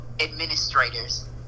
administrators